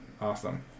awesome